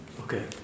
Okay